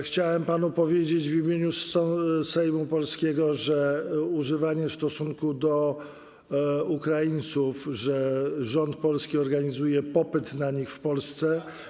Chciałem panu powiedzieć w imieniu polskiego Sejmu, że używanie w stosunku do Ukraińców słów, że rząd polski organizuje popyt na nich w Polsce.